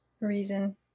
reason